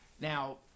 Now